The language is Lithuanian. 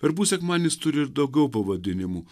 verbų sekmadienis turi ir daugiau pavadinimų